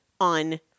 on